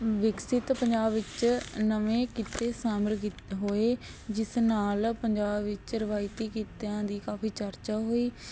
ਵਿਕਸਿਤ ਪੰਜਾਬ ਵਿੱਚ ਨਵੇਂ ਕਿੱਤੇ ਸ਼ਾਮਲ ਕਿਤ ਹੋਏ ਜਿਸ ਨਾਲ ਪੰਜਾਬ ਵਿੱਚ ਰਵਾਇਤੀ ਕਿੱਤਿਆਂ ਦੀ ਕਾਫੀ ਚਰਚਾ ਹੋਈ